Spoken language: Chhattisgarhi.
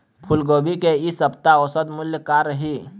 फूलगोभी के इ सप्ता औसत मूल्य का रही?